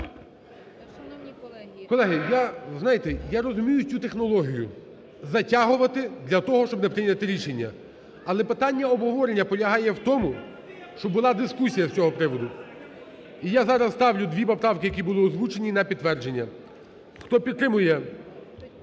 знаєте, я розумію цю технологію: затягувати, для того щоб не прийняти рішення. Але питання обговорення полягає в тому, щоб була дискусія з цього приводу. І я зараз ставлю дві поправки, які були озвучені, на підтвердження. Хто підтримує,